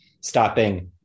stopping